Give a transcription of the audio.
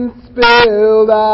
spilled